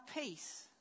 peace